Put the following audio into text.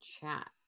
chat